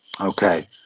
Okay